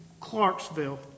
Clarksville